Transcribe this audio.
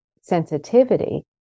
sensitivity